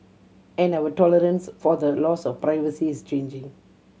and our tolerance for the loss of privacy is changing